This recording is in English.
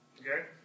Okay